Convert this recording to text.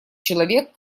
человек